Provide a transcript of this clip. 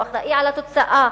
הוא אחראי לתוצאה,